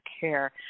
care